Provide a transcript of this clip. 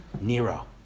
Nero